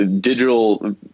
digital